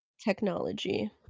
technology